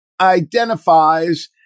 identifies